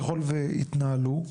ככול והתנהלו,